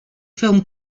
film